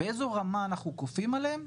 באיזו רמה אנחנו כופים עליהם?